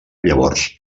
llavors